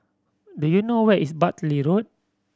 do you know where is Bartley Road